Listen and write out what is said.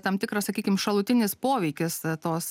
tam tikras sakykim šalutinis poveikis tos